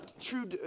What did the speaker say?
true